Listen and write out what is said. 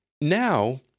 Now